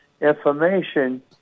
information